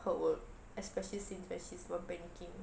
her work especially since when she's worth banking